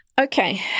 Okay